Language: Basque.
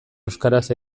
euskaraz